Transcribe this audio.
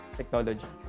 Technology